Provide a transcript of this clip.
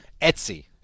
Etsy